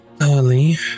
early